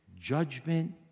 judgment